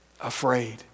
afraid